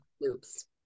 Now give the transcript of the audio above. loops